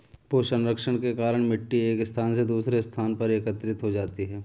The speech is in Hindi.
भूक्षरण के कारण मिटटी एक स्थान से दूसरे स्थान पर एकत्रित हो जाती है